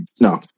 no